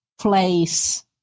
place